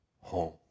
home